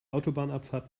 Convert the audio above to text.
autobahnabfahrt